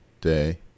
day